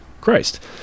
Christ